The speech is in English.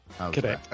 Okay